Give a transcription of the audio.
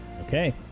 Okay